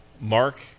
Mark